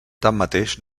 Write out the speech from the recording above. tanmateix